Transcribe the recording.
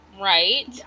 right